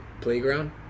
playground